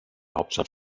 hauptstadt